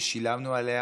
ששילמנו עליה